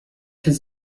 his